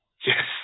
Yes